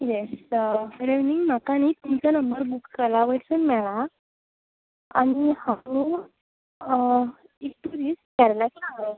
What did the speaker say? येस good evening म्हाका नी तुमचो नंबर गुगलावरसून मेळ्ळां आनी हांव नू ट्युरिस्ट हांगा येयला